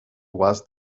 was